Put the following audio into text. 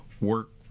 work